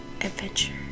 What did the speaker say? adventure